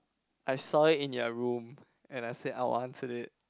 I saw it in your room and I said I wanted it